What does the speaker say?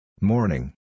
Morning